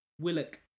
Willock